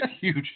huge